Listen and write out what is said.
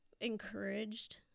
encouraged